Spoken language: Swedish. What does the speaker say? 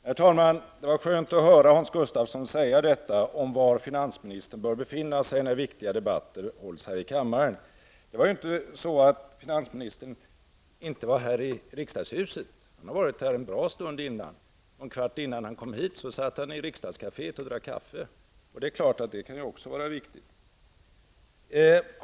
Herr talman! Det var skönt att höra Hans Gustafsson säga var finansministern bör befinna sig när viktiga debatter hålls här i kammaren. Det var inte så att finansministern inte var här i riksdagshuset. Han har varit här en bra stund. En kvart innan han kom hit till kammaren satt han i riksdagskaféet och drack kaffe, och det är klart att det också kan vara viktigt.